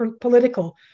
political